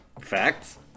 Facts